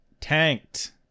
tanked